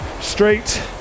straight